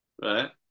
right